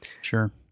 Sure